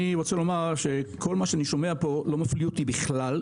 אני רוצה לומר שכל מה שאני שומע פה לא מפליא אותי בכלל.